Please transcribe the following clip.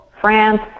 France